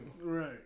Right